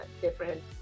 different